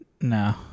no